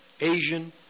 Asian